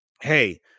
Hey